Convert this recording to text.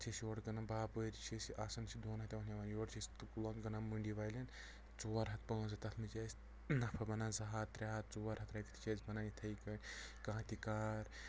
پتہٕ چھِ أسۍ یورٕ کٕنان باپٲرِس یُس اسہِ آسان چھِ دۄن ہتن ہٮ۪ون یورٕ چھِ أسۍ تِم کٕنان منٛڈی والین ژور ہتھ پانٛژھ ہتھ تتھ منٛز چھُ اسہِ نفہ بنان زٕ ہتھ ترٛےٚ ہتھ ژور ہتھ رۄپیہِ تہِ چھِ اسہِ بنان یِتھٕے کٲنٹھۍ کانٛہہ تہِ کار